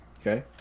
Okay